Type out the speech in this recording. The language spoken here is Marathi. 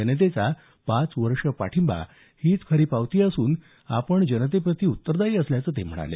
जनतेचा पाच वर्ष पाठींबा हीच खरी पावती असून आपण जनतेप्रती उत्तरदायी असल्याचं ते म्हणाले